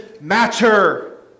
matter